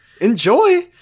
enjoy